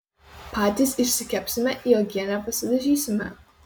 patys išsikepsime į uogienę pasidažysime